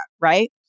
right